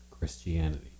Christianity